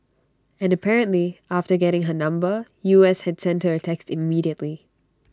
and apparently after getting her number U S had sent her A text immediately